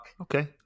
Okay